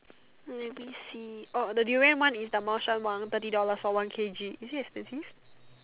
let me see orh the durian one is the 猫山王 thirty dollars for one k_g is it expensive